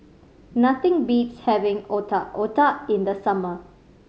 nothing beats having Otak Otak in the summer